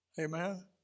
Amen